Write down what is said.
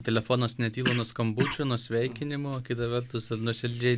telefonas netyla nuo skambučių nuo sveikinimų o kita vertus nuoširdžiai